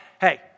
Hey